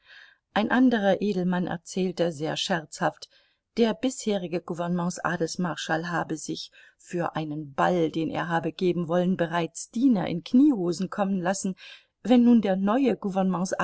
ein anderer edelmann erzählte sehr scherzhaft der bisherige gouvernements adelsmarschall habe sich für einen ball den er habe geben wollen bereits diener in kniehosen kommen lassen wenn nun der neue